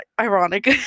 ironic